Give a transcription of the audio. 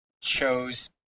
chose